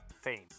fame